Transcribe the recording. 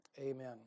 Amen